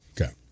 Okay